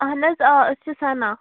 اہن حظ آ أسۍ چھِ سَنا